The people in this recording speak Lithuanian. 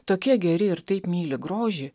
tokie geri ir taip myli grožį